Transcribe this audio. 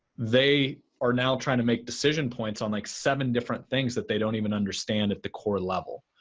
they are now trying to make decision points on like seven different things that they don't even understand at the core level.